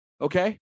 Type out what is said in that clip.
okay